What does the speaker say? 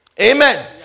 Amen